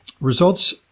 results